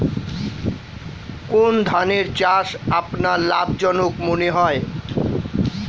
কোন ধানের চাষ আপনার লাভজনক মনে হয়?